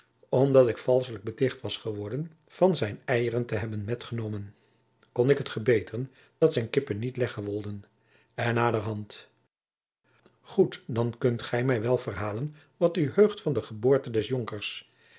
omdat ik valschelijk beticht was geworden van zijn eieren te hebben met enomen kon ik het gebeteren dat zijn kippen niet leggen wolden en naderhand goed dan kunt gij mij wel verhalen wat u heugt van de geboorte des